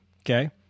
Okay